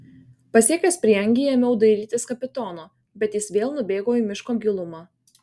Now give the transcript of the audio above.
pasiekęs prieangį ėmiau dairytis kapitono bet jis vėl nubėgo į miško gilumą